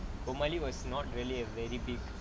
formally was not really a very big